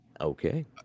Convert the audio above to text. Okay